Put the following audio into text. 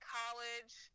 college